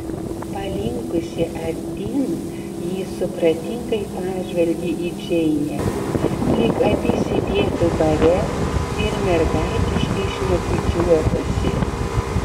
palinkusi artyn ji supratingai pažvelgė į džeinę lyg abi sėdėtų bare ir mergaitiškai šnekučiuotųsi